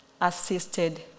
assisted